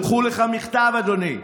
שלחו לך מכתב, אדוני.